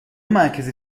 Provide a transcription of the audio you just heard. مرکز